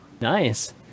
Nice